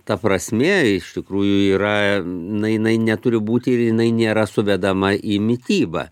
ta prasmė iš tikrųjų yra na jinai neturi būti ir jinai nėra suvedama į mitybą